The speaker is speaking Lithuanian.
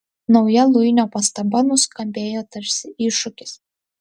nauja luinio pastaba nuskambėjo tarsi iššūkis